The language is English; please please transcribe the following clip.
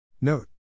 Note